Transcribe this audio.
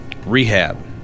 Rehab